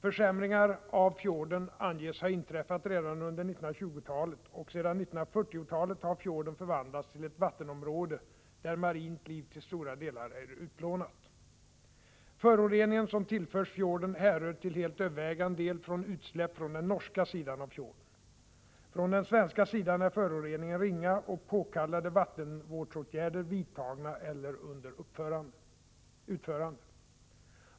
Försämringar av fjorden anges ha inträffat redan under 1920-talet, och sedan 1940-talet har fjorden förvandlats till ett vattenområde där marint liv till stora delar är utplånat. Föroreningen som tillförs fjorden härrör till helt övervägande del från utsläpp från den norska sidan av fjorden. Från den svenska sidan är föroreningen ringa och påkallade vattenvårdsåtgärder vidtagna eller under utförande.